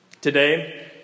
Today